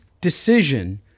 decision